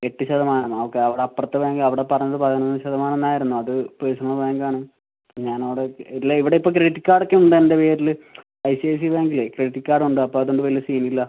എട്ടു ശതമാനമോ ഓക്കെ അവിടെ അപ്പുറത്തു ബാങ്കിൽ അവിടെ പറഞ്ഞത് പതിനൊന്നു ശതമാനം എന്നായിരുന്നു അത് പേർസണൽ ബാങ്കാണ് അപ്പം ഞാനവിടെ ഇല്ല ഇവിടെയിപ്പോൾ ക്രെഡിറ്റ് കാർഡൊക്കെ ഉണ്ടെൻ്റെ പേരിൽ ഐ സി ഐ സി ബാങ്കിലേ ക്രെഡിറ്റ് കാർഡുണ്ട് അപ്പോൾ അതുകൊണ്ട് വലിയ സീനില്ല